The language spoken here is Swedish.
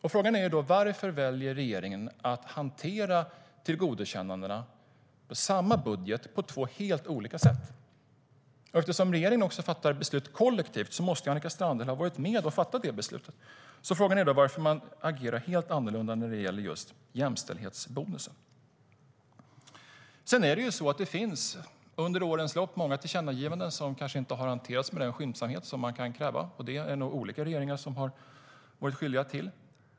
Frågan är varför regeringen väljer att hantera tillkännagivanden på samma budget på två helt olika sätt. Eftersom regeringen fattar beslut kollektivt måste Annika Strandhäll ha varit med och fattat det beslutet. Varför agerar regeringen helt annorlunda när det gäller just jämställdhetsbonusen? Det finns många tillkännagivanden under årens lopp som kanske inte har hanterats med den skyndsamhet som man kan kräva. Det har nog olika regeringar varit skyldiga till.